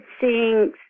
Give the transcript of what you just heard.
seeing